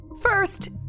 First